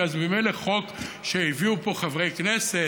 כי אז ממילא חוק שהביאו פה חברי כנסת